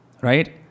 right